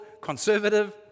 conservative